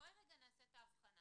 בואו נעשה את האבחנה